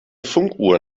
funkuhr